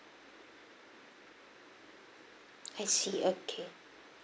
I see okay